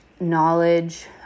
knowledge